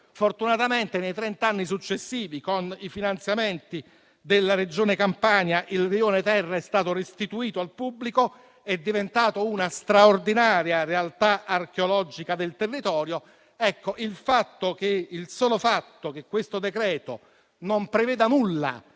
Fortunatamente, nei trent'anni successivi, con i finanziamenti della Regione Campania, il Rione Terra è stato restituito al pubblico, è diventato una straordinaria realtà archeologica del territorio. Ecco, il solo fatto che questo decreto-legge non preveda nulla